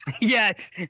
Yes